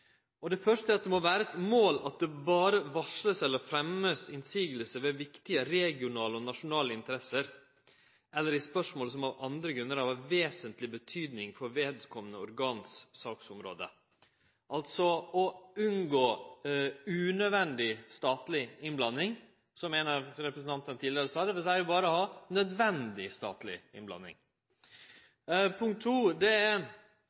gjennomgangen. Det første er at det må vere eit mål at det berre vert varsla eller fremja motsegner ved viktige regionale og nasjonale interesser, eller i spørsmål som av andre grunnar har vesentleg betydning for vedkomande organs saksområde – altså det å unngå unødvendig statleg innblanding. Som ein av representantane sa tidlegare, ein skal berre ha nødvendig statleg innblanding. For det